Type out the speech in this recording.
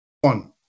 one